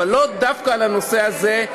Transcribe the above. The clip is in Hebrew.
אבל לא דווקא על הנושא הזה,